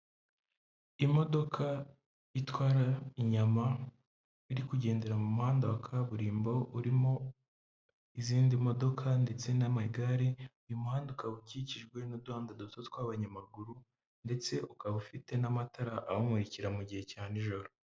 Imodoka itwara inyama iri kugendera mu muhanda wa kaburimbo, urimo izindi modoka ndetse n'amagare, uyu muhanda ukaba ukikijwe n'uduhanda duto tw'abanyamaguru ndetse ukaba ufite n'amatara awumurikira mu gihe cya nijoro.